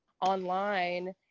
online